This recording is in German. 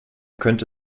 könnte